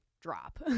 drop